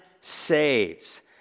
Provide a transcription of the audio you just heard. saves